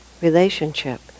relationship